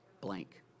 Blank